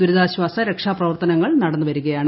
ദുരിതാശ്വാസ രക്ഷാപ്രവർത്തനങ്ങൾ നടന്നു വരികയാണ്